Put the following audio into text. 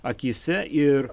akyse ir